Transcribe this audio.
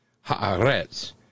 Ha'aretz